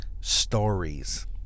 stories